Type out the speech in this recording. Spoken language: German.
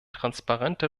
transparente